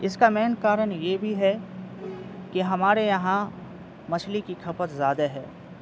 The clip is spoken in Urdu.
اس کا مین کارن یہ بھی ہے کہ ہمارے یہاں مچھلی کی کھپت زیادہ ہے